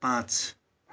पाँच